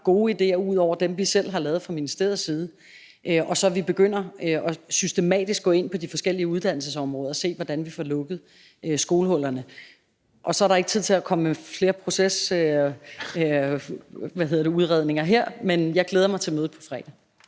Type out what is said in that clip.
at gøre, ud over dem, vi selv har lavet fra ministeriets side, og at vi så begynder systematisk at gå ind på de forskellige uddannelsesområder og ser på, hvordan vi får lukket skolehullerne. Og så er der ikke tid til at komme med flere procesudredninger her, men jeg glæder mig til mødet på fredag.